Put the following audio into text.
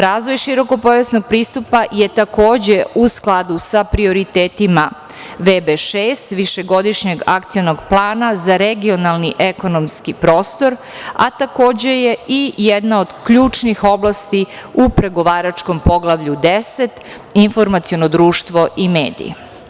Razvoj širokopojasnog pristupa je takođe u skladu sa prioritetima VB šest, višegodišnjeg akcionog plana za regionalni ekonomski prostor, a takođe je i jedna od ključnih oblasti u pregovaračkom poglavlju 10 – informaciono društvo i mediji.